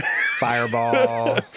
Fireball